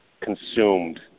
consumed